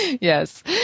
Yes